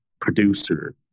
producer